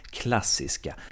klassiska